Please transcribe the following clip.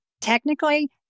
technically